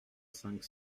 cinq